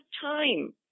time